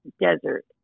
desert